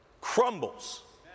Crumbles